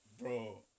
bro